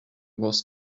was